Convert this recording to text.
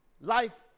life